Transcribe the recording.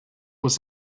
was